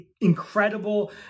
incredible